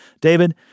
David